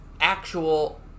actual